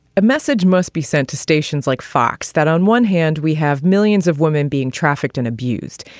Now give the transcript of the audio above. a message must be sent to stations like fox that on one hand we have millions of women being trafficked and abused.